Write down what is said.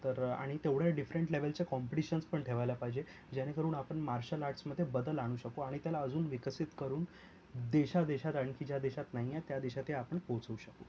तर आणि तेवढ्या डिफ्रंट लेवलच्या कॉम्पिटिशन्स पण ठेवायला पाहिजे जेणेकरून आपण मार्शल आर्ट्समधे बदल आणू शकू आणि त्याला अजून विकसित करून देशादेशात आणखी ज्या देशात नाही आहे त्या देशात ते आपण पोहचवू शकू